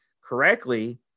correctly